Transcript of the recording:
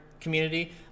community